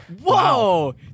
Whoa